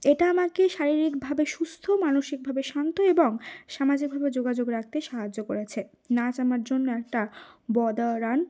এটা আমাকে শারীরিকভাবে সুস্থ মানসিকভাবে শান্ত এবং সামাজিকভাবে যোগাযোগ রাখতে সাহায্য করেছে নাচ আমার জন্য একটা বদারান